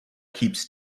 keeps